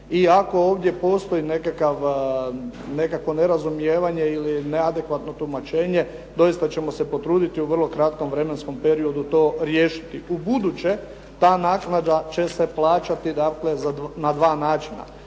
I ako ovdje postoji nekakvo nerazumijevanje ili neadekvatno tumačenje doista ćemo se potruditi u vrlo kratkom vremenom periodu to riješiti. U buduće ta naknada će se plaćati dakle na dva načina.